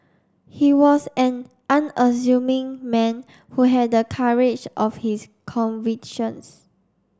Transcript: he was an unassuming man who had the courage of his convictions